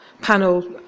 panel